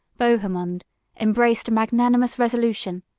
bohemond embraced a magnanimous resolution,